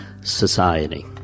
society